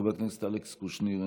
חבר הכנסת אלכס קושניר,